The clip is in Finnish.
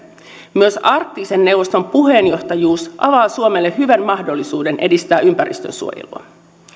myös arktisen neuvoston puheenjohtajuus avaa suomelle hyvän mahdollisuuden edistää ympäristönsuojelua